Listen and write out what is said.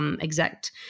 exact